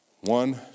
One